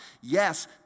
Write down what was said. Yes